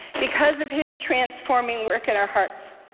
because of his transforming work in our hearts,